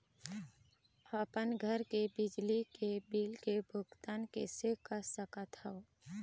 अपन घर के बिजली के बिल के भुगतान कैसे कर सकत हव?